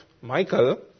Michael